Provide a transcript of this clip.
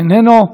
אינו נוכח,